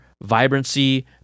vibrancy